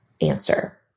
answer